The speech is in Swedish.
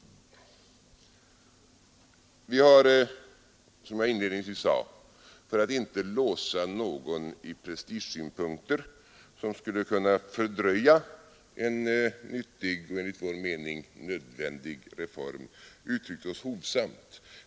Vi har, som jag inledningsvis sade, för att inte låsa någon i prestigesynpunkter som skulle kunna fördröja en utbyggd och enligt min mening nödvändig form uttryckt oss hovsamt.